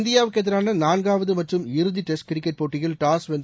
இந்தியாவுக்குஎதிரானநான்காவதுமற்றும் இறுதிடெஸ்ட் கிரிக்கெட் போட்டியில் டாஸ் வென்ற